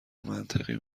منطقی